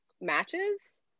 matches